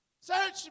Search